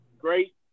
great